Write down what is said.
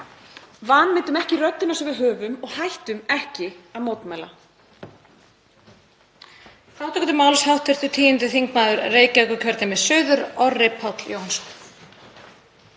Vanmetum ekki röddina sem við höfum og hættum ekki að mótmæla.